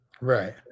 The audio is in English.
Right